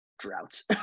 Droughts